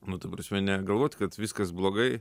nu ta prasme ne galvot kad viskas blogai